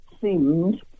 seemed